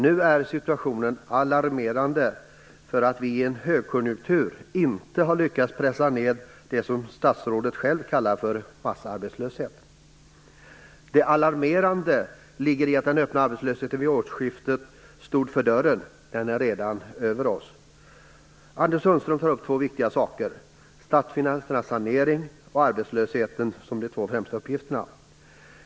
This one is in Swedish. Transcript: Nu är situationen alarmerande och vi har, i en högkonjunktur, inte lyckats pressa ned det som statsrådet kallar massarbetslöshet. Det alarmerande ligger i att den öppna arbetslöshet som vid årsskiftet stod för dörren redan är över oss. Anders Sundström tar upp två viktiga saker, nämligen statsfinansernas sanering och arbetslösheten, som de två främsta uppgifterna.